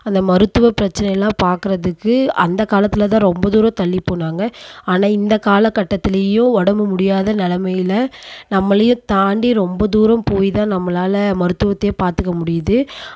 அந்த மருத்துவ பிரச்சனை எல்லாம் பார்க்குறதுக்கு அந்த காலத்தில் தான் ரொம்ப தூரம் தள்ளிப்போனாங்க ஆனால் இந்த காலக்கட்டத்துலேயும் உடம்பு முடியாத நிலமையில நம்மளையும் தாண்டி ரொம்ப தூரம் போய்தான் நம்மளால மருத்துவத்தையே பார்க்க முடியுது